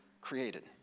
created